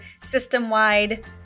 system-wide